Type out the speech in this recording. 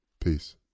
Peace